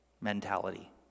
mentality